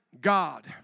God